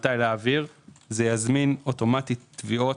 מתי להעביר זה יזמין אוטומטית תביעות.